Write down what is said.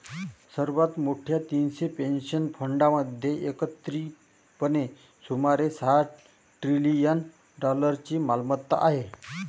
सर्वात मोठ्या तीनशे पेन्शन फंडांमध्ये एकत्रितपणे सुमारे सहा ट्रिलियन डॉलर्सची मालमत्ता आहे